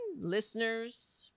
listeners –